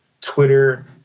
Twitter